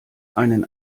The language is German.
einen